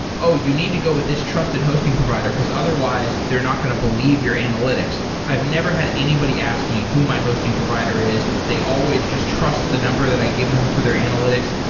oh, you need to go with this trusted hosting provider, because otherwise they're not going to believe your analytics. i've never had anybody ask me who my hosting provider is. they always just trust the number that i give them for their analytics.